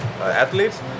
athletes